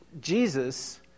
Jesus